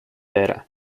bed